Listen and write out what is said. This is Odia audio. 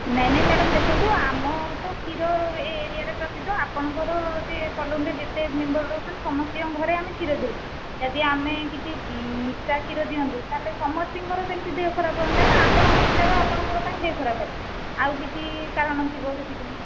ନାଇଁ ନାଇଁ ମ୍ୟାଡ଼ାମ୍ ଦେଖନ୍ତୁ ଆମ ତ କ୍ଷୀର ଏ ଏରିଆରେ ପ୍ରସିଦ୍ଧ ଆପଣଙ୍କର ସେ କଲୋନୀରେ ଯେତେ ମେମ୍ବର୍ ରହୁଛନ୍ତି ସମସ୍ତଙ୍କ ଘରେ ଆମେ କ୍ଷୀର ଦେଉଛୁ ଯଦି ଆମେ କିଛି ମିଶା କ୍ଷୀର ଦିଅନ୍ତୁ ତା'ହେଲେ ସମସ୍ତଙ୍କର ସେମିତି ଦେହ ଖରାପ ହୁଅନ୍ତା ନା ଆପଣଙ୍କ ପିଲାର ଆପଣଙ୍କର କାହିଁକି ଦେହ ଖରାପ ହେଲା ଆଉ କିଛି କାରଣ ଥିବ ସେଥିପାଇଁ